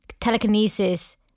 telekinesis